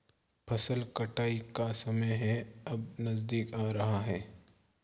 फसल कटाई का समय है अब नजदीक आ रहा है